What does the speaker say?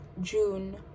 June